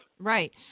Right